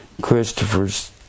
Christopher's